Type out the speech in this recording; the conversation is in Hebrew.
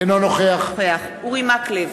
אינו נוכח אורי מקלב,